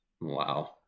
Wow